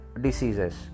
diseases